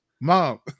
Mom